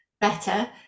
better